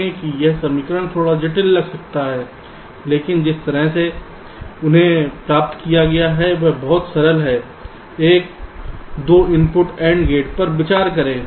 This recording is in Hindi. देखें कि यह समीकरण थोड़ा जटिल लग सकता है लेकिन जिस तरह से उन्हें प्राप्त किया गया है वह बहुत सरल है एक 2 इनपुट AND गेट पर विचार करें